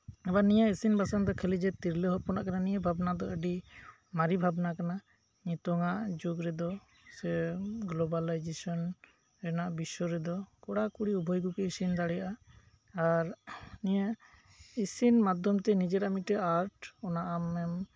ᱟᱵᱟᱨ ᱱᱤᱭᱟᱹ ᱤᱥᱤᱱ ᱵᱟᱥᱟᱝ ᱫᱚ ᱠᱷᱟᱹᱞᱤ ᱡᱮ ᱛᱤᱨᱞᱟᱹ ᱦᱚᱯᱚᱱᱟᱜ ᱠᱟᱱᱟ ᱱᱤᱭᱟᱹ ᱵᱷᱟᱵᱱᱟ ᱫᱚ ᱟᱹᱰᱤᱜᱮ ᱢᱟᱨᱮ ᱵᱷᱟᱵᱱᱟ ᱠᱟᱱᱟ ᱱᱤᱛᱚᱝ ᱟᱜ ᱡᱩᱜ ᱨᱮᱫᱚ ᱥᱮ ᱜᱞᱳᱵᱟᱞᱟᱭᱡᱮᱥᱚᱱ ᱨᱮᱭᱟᱜ ᱵᱤᱥᱥᱚ ᱨᱮᱫᱚ ᱠᱚᱲᱟ ᱠᱩᱲᱤ ᱩᱵᱷᱚᱭ ᱜᱮᱠᱚ ᱤᱥᱤᱱ ᱫᱟᱲᱮᱭᱟᱜᱼᱟ ᱟᱨ ᱱᱤᱭᱟᱹ ᱤᱥᱤᱱ ᱢᱟᱫᱷᱚᱢ ᱛᱮ ᱱᱤᱡᱮᱨᱟᱜ ᱢᱤᱫᱴᱮᱱ ᱟᱨᱴ ᱚᱱᱟ ᱟᱢᱮᱢ